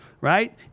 right